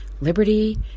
liberty